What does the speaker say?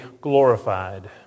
glorified